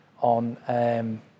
on